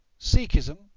Sikhism